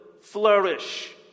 flourish